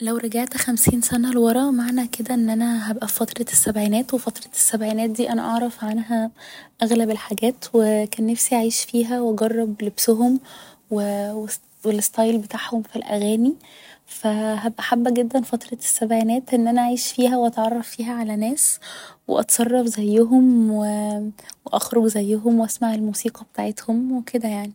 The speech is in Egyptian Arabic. لو رجعت خمسين سنة لورا معنى كده ان أنا هبقى في فترة السبعينات و فترة السبعينات دي أنا اعرف عنها اغلب الحاجات و كان نفسي أعيش فيها و اجرب لبسهم و ست و الستايل بتاعهم في الأغاني ف هبقى حابة جدا فترة السبعينات إن أنا أعيش فيها و أتعرف فيها على ناس و أتصرف زيهم و و اخرج زيهم و اسمع الموسيقى بتاعتهم و كده يعني